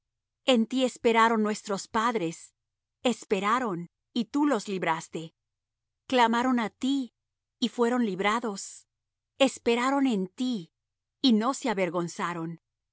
en ti esperaron nuestros padres esperaron y tú los libraste clamaron á ti y fueron librados esperaron en ti y no se avergonzaron